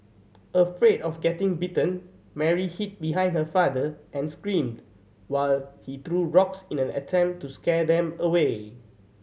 afraid of getting bitten Mary hid behind her father and screamed while he threw rocks in an attempt to scare them away